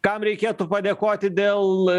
kam reikėtų padėkoti dėl